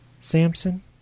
Samson